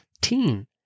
teen